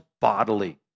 bodily